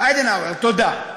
אדנאואר, תודה.